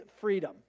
freedom